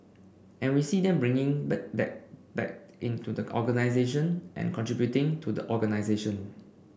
and we see them bringing that back into the organisation and contributing to the organisation